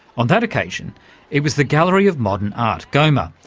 on that occasion it was the gallery of modern art, goma,